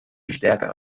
stärker